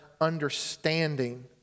understanding